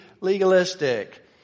legalistic